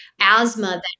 asthma